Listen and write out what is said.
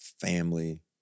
family